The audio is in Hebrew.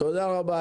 תודה רבה.